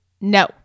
no